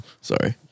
Sorry